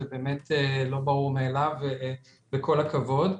זה באמת לא ברור מאליו וכל הכבוד.